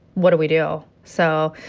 what do we do? so,